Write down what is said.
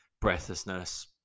breathlessness